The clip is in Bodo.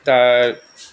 दा